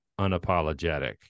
unapologetic